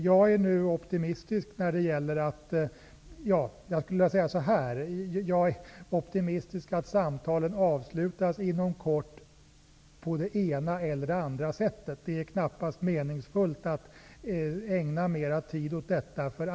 Jag är emellertid optimistisk och tror att samtalen avslutas inom kort på det ena eller det andra sättet. Det är knappast meningsfullt att ägna mer tid åt detta.